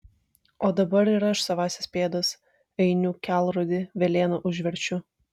o dabar ir aš savąsias pėdas ainių kelrodį velėna užverčiu